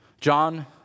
John